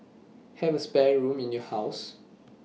have A spare room in your house